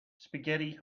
spaghetti